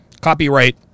Copyright